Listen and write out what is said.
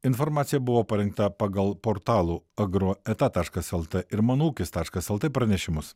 informacija buvo parengta pagal portalų agroeta taškas lt ir mano ūkis taškas lt pranešimus